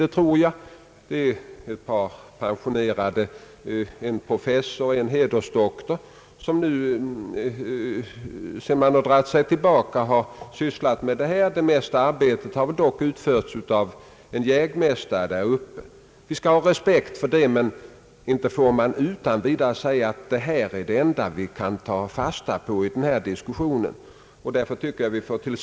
Det är ett par pensionärer, en professor och en hedersdoktor som sysslat med detta efter att ha dragit sig tillbaka. Det mesta arbetet har dock ut förts av en jägmästare där uppe. Vi skall ha respekt för detta arbete, men inte får man utan vidare säga att det är det enda vi kan ta fasta på i denna diskussion.